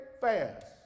fast